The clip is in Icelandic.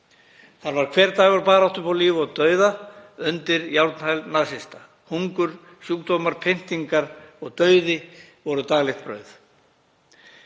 Þar var hver dagur barátta upp á líf og dauða undir járnhæl nasista. Hungur, sjúkdómar, pyntingar og dauði voru daglegt brauð.